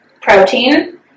protein